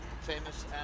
famous